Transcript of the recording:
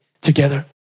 together